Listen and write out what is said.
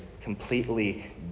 completely